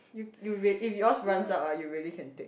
you you if yours runs out ah you really can take